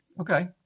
Okay